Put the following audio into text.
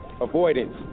avoidance